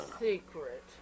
secret